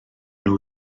nhw